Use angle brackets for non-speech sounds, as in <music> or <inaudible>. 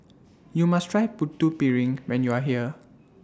<noise> YOU must Try Putu Piring when YOU Are here